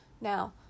Now